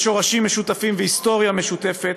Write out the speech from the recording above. יש שורשים משותפים והיסטוריה משותפת.